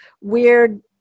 weird